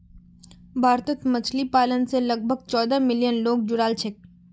भारतत मछली पालन स लगभग चौदह मिलियन लोग जुड़ाल छेक